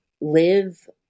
live